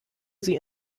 sie